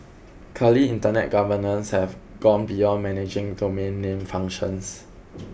clearly Internet governance have gone beyond managing domain name functions